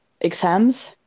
exams